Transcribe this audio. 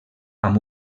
amb